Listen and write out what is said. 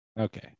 okay